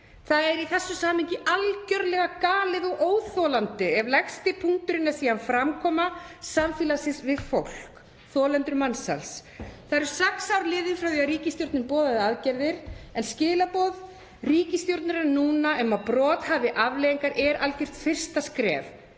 Það er í þessu samhengi algerlega galið og óþolandi ef lægsti punkturinn er síðan framkoma samfélagsins við fólk, þolendur mansals. Það eru sex ár liðin frá því að ríkisstjórnin boðaði aðgerðir en skilaboð ríkisstjórnarinnar núna um að brot (Forseti hringir.) hafi afleiðingar eru algjört fyrsta skref,